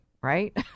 Right